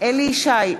אליהו ישי,